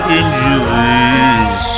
injuries